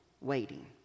waiting